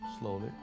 slowly